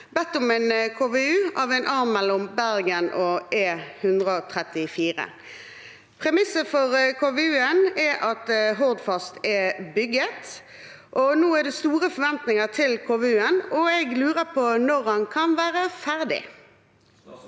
bedt om en KVU av en arm mellom Bergen og E134. Premisset for KVU-en er at Hordfast er bygget. Det er store forventinger til KVU-en, og jeg lurer på når den vil være ferdig?»